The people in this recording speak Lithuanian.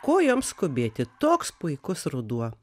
ko joms skubėti toks puikus ruduo